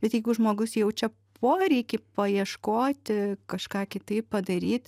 bet jeigu žmogus jaučia poreikį paieškoti kažką kitaip padaryt